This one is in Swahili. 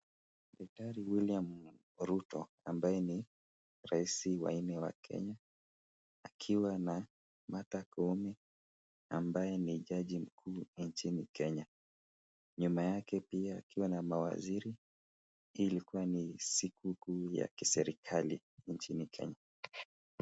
Daktari William Ruto ambaye ni raisi wa nne wa Kenya akiwa na Martha Koome ambaye ni jaji mkuu nchini Kenya, nyuma yake pia akiwa na mawaziri. Hii ilikuwa ni siku kuu ya kiserikali ya nchini Kenya